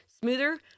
smoother